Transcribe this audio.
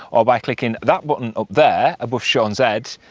or by clicking that button up there above shaun's head,